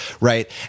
right